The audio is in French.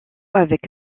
avec